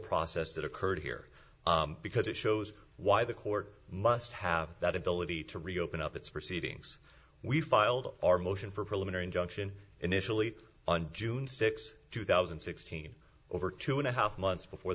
process that occurred here because it shows why the court must have that ability to reopen up its proceedings we filed our motion for preliminary injunction initially on june sixth two thousand and sixteen over two and a half months before